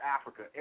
Africa